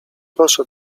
proszę